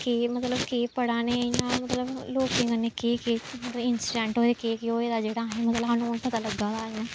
केह् मतलब केह् पढ़ा ने इ'यां मतलब लोकें कन्नै केह् केह् मतलब इंसिडैंट होए केह् केह् होए दा जेह्ड़ा असें गी मतलब सानूं हून पता लग्गा दा अजें